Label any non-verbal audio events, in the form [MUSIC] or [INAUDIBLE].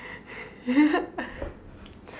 [LAUGHS]